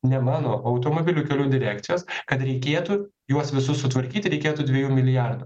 ne mano automobilių kelių direkcijos kad reikėtų juos visus sutvarkyti reikėtų dviejų milijardų